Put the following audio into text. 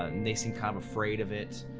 and they so and kind of afraid of it,